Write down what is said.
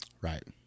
Right